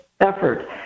effort